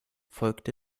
folgte